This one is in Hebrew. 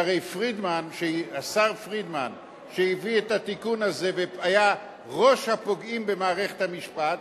שהרי השר פרידמן שהביא את התיקון הזה והיה ראש הפוגעים במערכת המשפט,